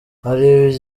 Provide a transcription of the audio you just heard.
hari